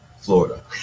florida